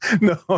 No